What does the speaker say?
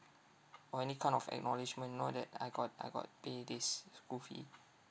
or any kind of acknowledgement you know that I got I got pay this school fee